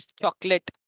chocolate